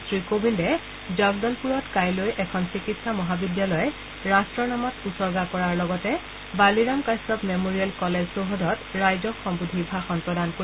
শ্ৰীকোবিন্দে জগদলপূৰত কাইলৈ এখন চিকিৎসা মহাবিদ্যালয় ৰাষ্টৰ নামত উছৰ্গা কৰাৰ লগতে বালিৰাম কাশ্যপ মেমৰিয়েল কলেজ চৌহদত ৰাইজক সম্বোধি ভাষণ প্ৰদান কৰিব